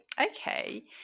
Okay